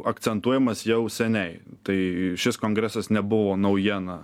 akcentuojamas jau seniai tai šis kongresas nebuvo naujiena